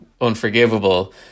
unforgivable